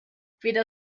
weder